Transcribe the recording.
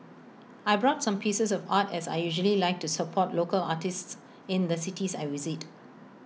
I brought some pieces of art as I usually like to support local artists in the cities I visit